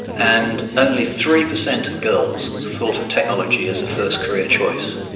and only three percent of girls thought of technology as a first career choice.